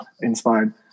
inspired